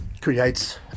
creates